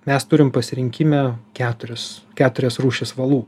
mes turim pasirinkime keturis keturias rūšis valų